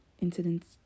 incidents